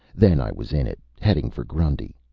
then i was in it, heading for grundy.